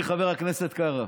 אדוני חבר הכנסת קארה,